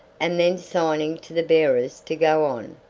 and then signing to the bearers to go on,